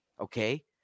Okay